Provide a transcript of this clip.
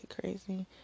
crazy